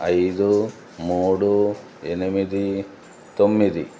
ఐదు మూడు ఎనిమిది తొమ్మిది